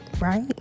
right